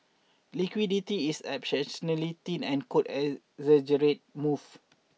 liquidity is exceptionally thin and could exaggerate moves